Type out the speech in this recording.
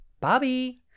bobby